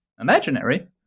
Imaginary